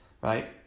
right